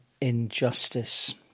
injustice